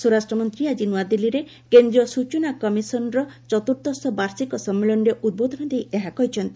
ସ୍ୱରାଷ୍ଟ୍ରମନ୍ତ୍ରୀ ଆଜି ନୂଆଦିଲ୍ଲୀରେ କେନ୍ଦ୍ରୀୟ ସୂଚନା କମିଶନ୍ ର ଚତୁର୍ଦ୍ଦଶ ବାର୍ଷିକ ସମ୍ମିଳନୀରେ ଉଦ୍ବୋଧନ ଦେଇ ଏହା କହିଛନ୍ତି